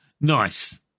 Nice